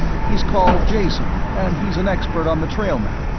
he's called jason, and he's an expert on the trailmen.